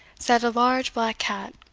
sat a large black cat,